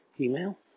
email